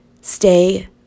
Stay